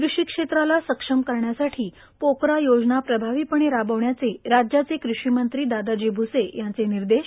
कृषि क्षेत्राला सक्षम करण्यासाठी पोकरा योजना प्रभावीपणे राबविण्याचे राज्याचे कृषिमंत्री दादाजी भ्से यांचे निर्देश